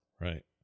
Right